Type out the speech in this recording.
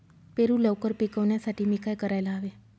पेरू लवकर पिकवण्यासाठी मी काय करायला हवे?